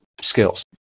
skills